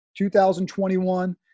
2021